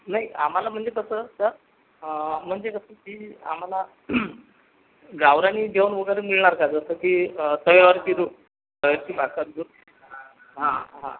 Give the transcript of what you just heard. नाही आम्हाला म्हणजे कसं तर म्हणजे कसं की आम्हाला गावरानी जेवण वगैरे मिळणार का जसं की तव्यावरची तव्यावरची भाकरी हो हो